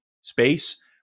space